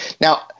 Now